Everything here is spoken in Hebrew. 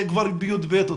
הילד יהיה בכיתה י"ב.